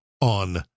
on